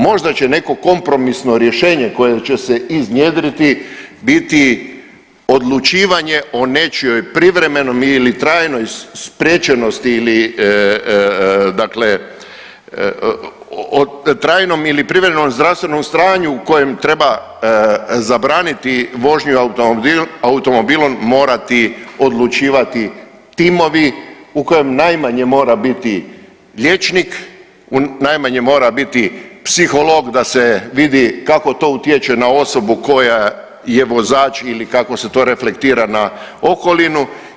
Možda će neko kompromisno rješenje koje će se iznjedriti biti odlučivanje o nečijoj privremenoj ili trajnoj spriječenosti ili, dakle trajnom ili privremenom zdravstvenom stanju u kojem treba zabraniti vožnju automobilom morati odlučivati timovi u kojem najmanje mora biti liječnik, najmanje mora biti psiholog da se vidi kako to utječe na osobu koja je vozač ili kako se to reflektira na okolinu.